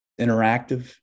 interactive